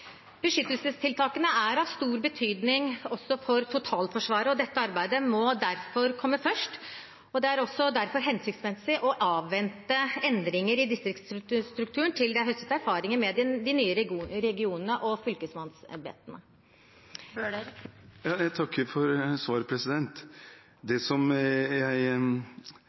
Beskyttelsestiltakene er av stor betydning også for totalforsvaret, og dette arbeidet må derfor komme først. Det er derfor også hensiktsmessig å avvente endringer i distriktstrukturen til det er høstet erfaringer med de nye regionene og fylkesmannsembetene. Jeg takker for svaret.